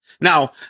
Now